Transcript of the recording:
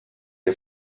ihr